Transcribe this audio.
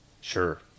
Sure